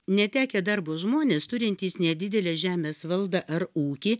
netekę darbo žmonės turintys nedidelę žemės valdą ar ūkį